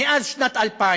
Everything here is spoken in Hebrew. משנת 2000